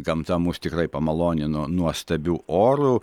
gamta mus tikrai pamalonino nuostabiu oru